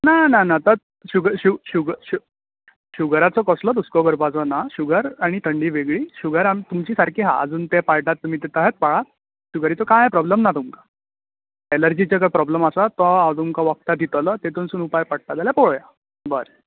ना ना ना शुग शुग शुग शुगराचो कसलोच हुस्को करपाचो ना शुगर आनी थंडी वेगळी शुगर तुमची सारकी आहा तें पाळतात तुमी तेच पाळा शुगरीचो कांय प्रोब्लम ना तुमकां एलर्जीचो प्रोब्लम आसा तो हांव तुमकां वखदां दितलो तितूनसून कितें उपाय पडटलो जाल्यार पलोवया बरें